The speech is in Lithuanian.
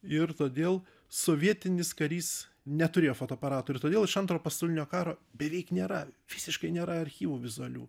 ir todėl sovietinis karys neturėjo fotoaparatų ir todėl iš antro pasaulinio karo beveik nėra visiškai nėra archyvų vizualių